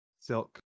Silk